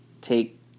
take